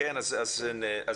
כן, אז נעבור.